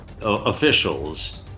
officials